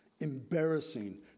embarrassing